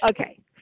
Okay